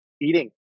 eating